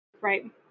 Right